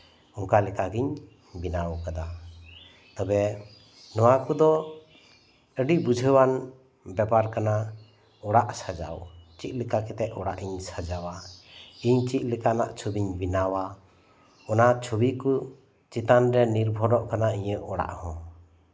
ᱚᱱᱠᱟ ᱞᱮᱠᱟ ᱜᱤᱧ ᱵᱮᱱᱟᱣ ᱠᱟᱫᱟ ᱛᱚᱵᱮ ᱱᱚᱣᱟ ᱠᱚᱫᱚ ᱟᱹᱰᱤ ᱵᱩᱡᱷᱟᱹᱣᱟᱱ ᱵᱮᱯᱟᱨ ᱠᱟᱱᱟ ᱚᱲᱟᱜ ᱥᱟᱡᱟᱣ ᱪᱮᱫ ᱞᱮᱠᱟ ᱠᱟᱛᱮᱜ ᱚᱲᱟᱜ ᱤᱧ ᱥᱟᱡᱟᱣᱟ ᱤᱧ ᱪᱮᱫ ᱞᱮᱠᱟᱱᱟᱜ ᱪᱷᱚᱵᱤᱧ ᱵᱮᱱᱟᱣᱟ ᱚᱱᱟ ᱪᱷᱚᱵᱤ ᱠᱚ ᱪᱮᱛᱟᱱᱨᱮ ᱱᱤᱨᱵᱷᱚᱨᱚᱜ ᱠᱟᱱᱟ ᱤᱧᱟᱹᱜ ᱚᱲᱟᱜ ᱦᱚᱸ